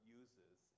uses